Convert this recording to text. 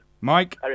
Mike